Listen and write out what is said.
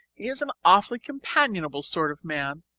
is an awfully companionable sort of man,